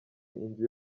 inzu